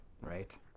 right